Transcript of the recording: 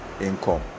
income